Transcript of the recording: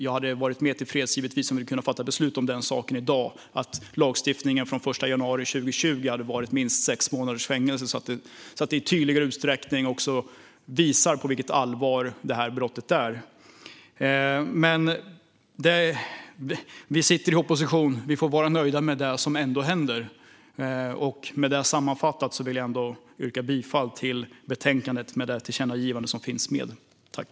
Jag hade givetvis varit mer tillfreds om vi hade kunnat fatta beslut om detta redan i dag och att lagstiftningen från den 1 januari 2020 hade varit minst sex månaders fängelse. Det hade på ett tydligare sätt visat vilket allvarligt brott detta är. Men vi sitter i opposition. Vi får vara nöjda med det som ändå händer. Med den sammanfattningen vill jag yrka bifall till utskottets förslag med det tillkännagivande som också finns med.